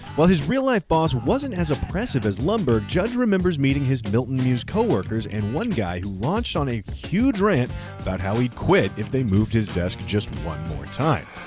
while his real life boss wasn't as oppressive as lumbergh, judge remembers meeting his milton muse co-workers. and one guy launched on a huge rant about how he'd quit if they moved his desk just one more time.